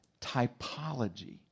typology